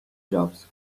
jobs